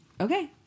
okay